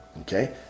okay